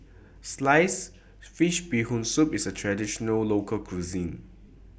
Sliced Fish Bee Hoon Soup IS A Traditional Local Cuisine